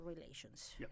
relations